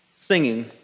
singing